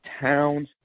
Towns